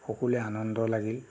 সকলোৰে আনন্দ লাগিল